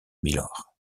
mylord